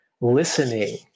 listening